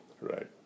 Right